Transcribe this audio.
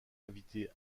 invité